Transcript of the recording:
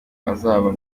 azaba